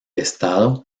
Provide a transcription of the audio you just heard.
estado